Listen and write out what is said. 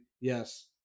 Yes